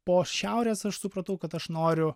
po šiaurės aš supratau kad aš noriu